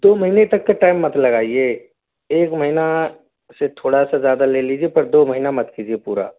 दो महीने तक का टाइम मत लगाइए एक महीना से थोड़ा सा ज़्यादा ले लीजिए पर दो महीना मत कीजिए पूरा